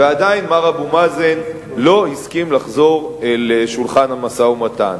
ועדיין מר אבו מאזן לא הסכים לחזור לשולחן המשא-ומתן.